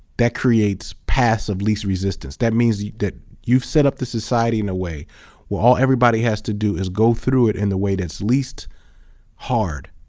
that creates paths of least resistance, that means that you've set up this society in a way where all everybody has to do is go through it in the way that's least hard,